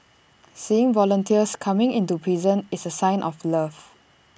seeing volunteers coming into prison is A sign of love